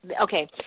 okay